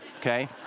okay